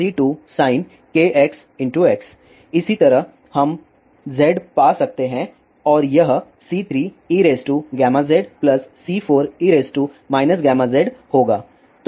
इसी तरह हम Z पा सकते हैं और यह C3eγzC4e γzहोगा